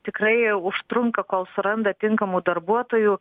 tikrai užtrunka kol suranda tinkamų darbuotojų